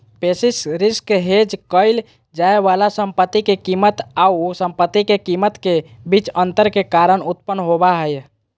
basis risk hedge क़इल जाय वाला संपत्ति के कीमत आऊ संपत्ति के कीमत के बीच अंतर के कारण उत्पन्न होबा हइ